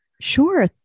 Sure